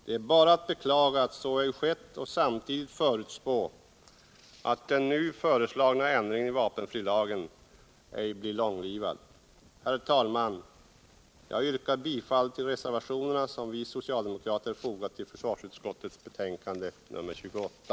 Det är bara att beklaga att så ej skett och samtidigt förutspå att den nu föreslagna ändringen i vapenfrilagen ej blir långlivad. Herr talman! Jag yrkar bifall till den reservation som vi socialdemokrater fogat till försvarsutskottets betänkande nr 28.